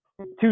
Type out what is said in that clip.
Two